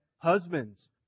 Husbands